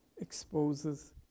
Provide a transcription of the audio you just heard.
exposes